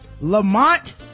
Lamont